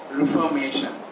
reformation %